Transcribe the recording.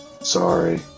Sorry